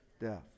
death